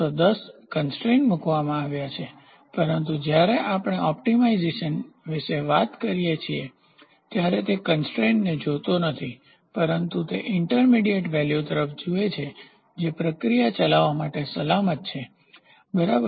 તો 10 કન્સ્ટ્રેઇન મુકવામાં આવ્યા છે પરંતુ જ્યારે આપણે ઓપ્ટિમાઇઝેશન વિશે વાત કરીએ છીએ ત્યારે તે કન્સ્ટ્રેઇન ને જોતો નથી પરંતુ તે ઈન્ટરમીડીયેટ વેલ્યુ તરફ જુએ છે જે પ્રક્રિયાને ચલાવવા માટે સલામત છે બરાબર